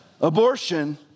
Abortion